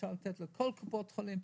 אפשר לתת לכל קופות החולים.